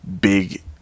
big